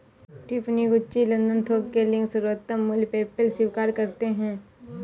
Tiffany, Gucci, London थोक के link, सर्वोत्तम मूल्य, पेपैल स्वीकार करते है